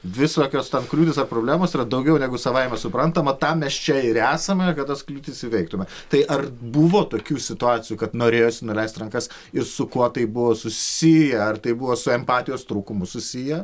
visokios ten kliūtys ar problemos yra daugiau negu savaime suprantama tam mes čia ir esame kad tas kliūtis įveiktume tai ar buvo tokių situacijų kad norėjosi nuleisti rankas ir su kuo tai buvo susiję ar tai buvo su empatijos trūkumu susiję